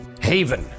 Haven